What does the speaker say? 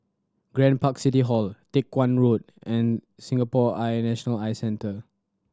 Grand Park City Hall Teck Guan Road and Singapore Eye National Eye Centre